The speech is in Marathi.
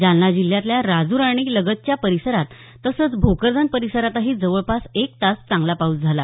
जालना जिल्ह्यातल्या राजूर आणि लगतच्या परिसरात तसंच भोकरदन परिसरातही जवळपास एक तास चांगला पाऊस झाला